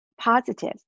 positive